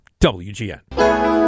WGN